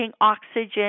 oxygen